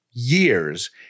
years